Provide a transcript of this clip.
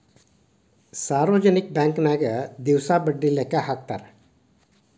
ಸಾರ್ವಜನಿಕ ಬಾಂಕನ್ಯಾಗ ದಿವಸ ಬಡ್ಡಿ ಲೆಕ್ಕಾ ಹಾಕ್ತಾರಾ